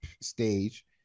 stage